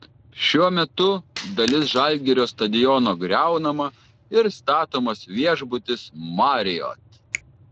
šiuo metu dalis žalgirio stadiono griaunama ir statomas viešbutis marriott